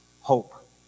hope